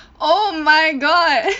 oh my god